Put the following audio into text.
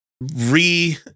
re